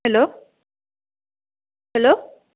hello hello